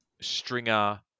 Stringer